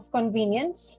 convenience